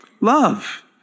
Love